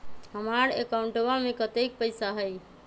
हमार अकाउंटवा में कतेइक पैसा हई?